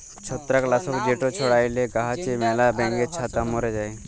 ছত্রাক লাসক যেট ছড়াইলে গাহাচে ম্যালা ব্যাঙের ছাতা ম্যরে যায়